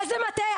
איזה מטה?